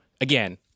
again